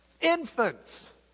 infants